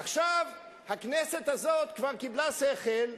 עכשיו, הכנסת הזאת כבר קיבלה שכל,